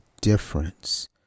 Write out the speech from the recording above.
difference